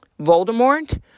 Voldemort